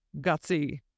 Gutsy